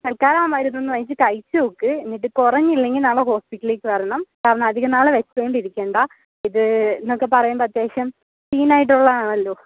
തൽക്കാലം ആ മരുന്നൊന്ന് വാങ്ങിച്ച് കഴിച്ചു നോക്ക് എന്നിട്ട് കുറഞ്ഞില്ലെങ്കിൽ നാളെ ഹോസ്പ്പിറ്റലിലേക്ക് വരണം കാർണം അധിക നാള് വച്ചോണ്ടിരിക്കണ്ട ഇത് എന്നൊക്കെ പറയുമ്പോൾ അത്യാവശ്യം സീനായിട്ടുള്ളതാണല്ലോ